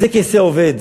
זה "כשה אובד".